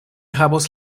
havos